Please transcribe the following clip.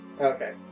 Okay